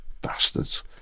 Bastards